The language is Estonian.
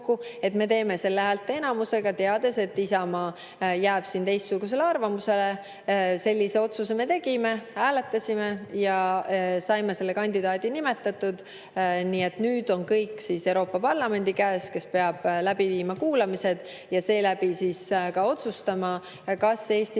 et me [otsustame] selle häälteenamusega, teades, et Isamaa jääb teistsugusele arvamusele. Sellise otsuse me tegime, hääletasime ja saime selle kandidaadi nimetatud. Nii et nüüd on kõik Euroopa Parlamendi käes, kes peab läbi viima kuulamised ja ka otsustama, kas Eesti